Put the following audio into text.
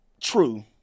true